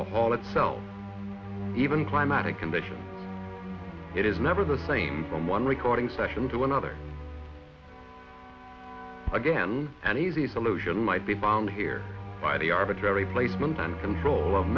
the hall itself even climatic conditions it is never the same from one recording session to another again an easy solution might be bombed here by the arbitrary placement and control of